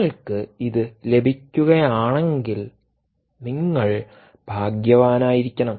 നിങ്ങൾക്ക് ഇത് ലഭിക്കുകയാണെങ്കിൽ നിങ്ങൾ ഭാഗ്യവാനായിരിക്കണം